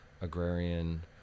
agrarian